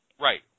Right